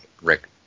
Rick